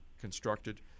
constructed